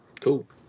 Cool